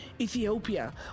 Ethiopia